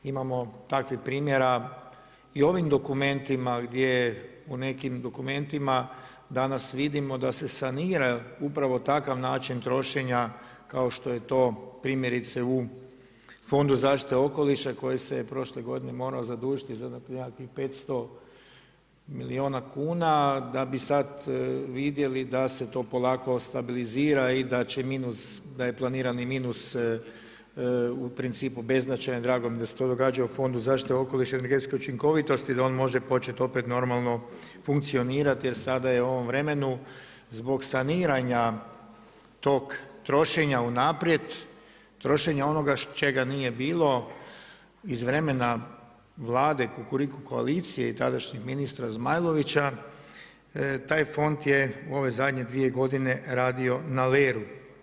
Imamo takvih primjera i u ovim dokumentima gdje u nekim dokumentima danas vidimo da se sanira upravo takav način trošenja kao što je to primjerice u Fondu zaštite okoliša koji se prošle godine morao zadužiti za nekakvih 500 milijuna kuna, da bi sad vidjeli da se to polako stabilizira i da je planirani minus u principu beznačajan i drago mi je da se to događa u Fondu zaštite okoliša i energetske učinkovitosti, da on može počet opet normalno funkcionirati jer sada je u ovom vremenu zbog saniranja tog trošenja unaprijed, trošenja onoga čega nije bilo iz vremena Vlade kukuriku koalicije i tadašnjeg ministra Zmajlovića, taj Fond je u ove zadnje dvije godine radio na leru.